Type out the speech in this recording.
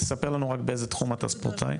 תספר לנו רק באיזה תחום אתה ספורטאי.